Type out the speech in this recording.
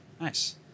nice